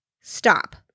stop